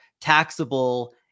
taxable